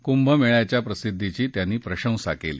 कुंभ मेळ्याच्या प्रसिद्धीची त्यांनी प्रशंसा केली